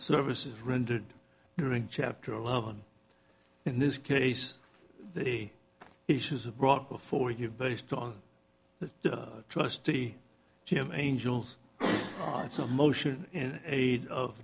services rendered during chapter eleven in this case the issues of brought before you based on the trustee jim angels on its own motion in aid of